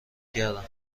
کردم